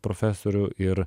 profesorių ir